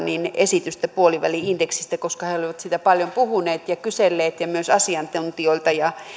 esitystä puoliväli indeksistä koska he olivat siitä paljon puhuneet ja kyselleet myös asiantuntijoilta